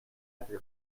reply